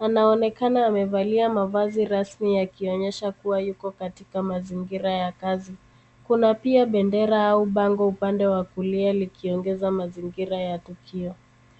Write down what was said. Anaonekana amevalia mavazi rasmi yakionyesha kuwa yuko katika mazingira ya kazi. Kuna pia bendera au bango upande wa kulia likiongeza mazingira ya tukio.